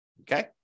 Okay